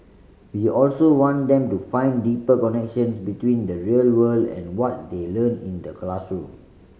we also want them to find deeper connections between the real world and what they learn in the classroom